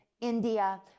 India